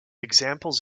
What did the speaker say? examples